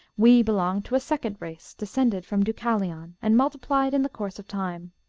we belong to a second race, descended from deucalion, and multiplied in the course of time.